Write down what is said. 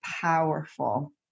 powerful